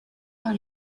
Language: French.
dans